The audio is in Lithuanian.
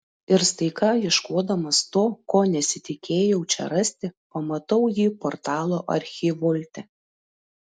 ir staiga ieškodamas to ko nesitikėjau čia rasti pamatau jį portalo archivolte